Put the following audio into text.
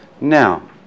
Now